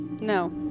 no